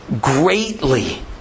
greatly